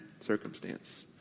circumstance